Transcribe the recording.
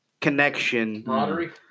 connection